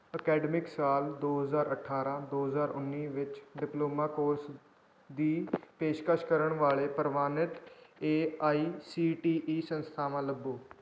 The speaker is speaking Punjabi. ਅਕੈਡਮਿਕ ਸਾਲ ਦੋ ਹਜ਼ਾਰ ਅਠਾਰ੍ਹਾਂ ਦੋ ਹਜ਼ਾਰ ਉੱਨੀ ਵਿੱਚ ਡਿਪਲੋਮਾ ਕੋਰਸ ਦੀ ਪੇਸ਼ਕਸ਼ ਕਰਨ ਵਾਲੇ ਪ੍ਰਵਾਨਿਤ A I C T E ਸੰਸਥਾਵਾਂ ਲੱਭੋ